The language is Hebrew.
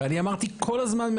ואני אמרתי כל הזמן,